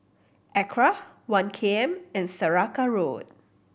ACRA One K M and Saraca Road